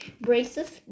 braces